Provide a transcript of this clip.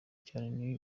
cyane